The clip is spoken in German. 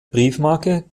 briefmarke